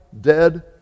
dead